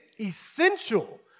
essential